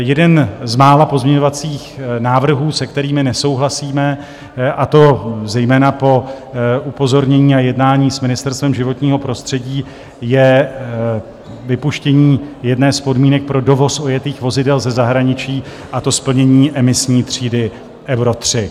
Jeden z mála pozměňovacích návrhů, se kterými nesouhlasíme, a to zejména po upozornění a jednání s Ministerstvem životního prostředí, je vypuštění jedné z podmínek pro dovoz ojetých vozidel ze zahraničí, a to splnění emisní třídy Euro 3.